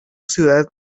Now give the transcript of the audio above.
ciudad